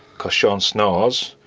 because shaun snors.